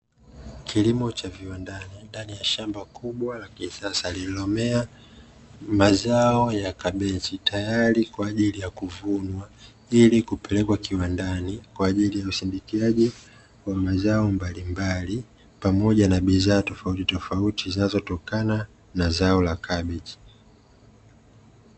Kilimo cha viwandani ndani ya shamba kubwa la kisasa lililomea mazao ya kabichi tayari kwa ajili ya kuvunwa ili kupelekwa kiwandani, kwa ajili ya usindikaji wa mazao mbalimbali pamoja na bidhaa tofautitofauti zinazotokana na zao la kabichi.